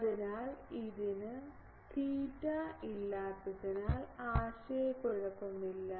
അതിനാൽ ഇതിന് ഇല്ലാത്തതിനാൽ ആശയക്കുഴപ്പമില്ല